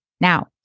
Now